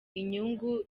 inyungu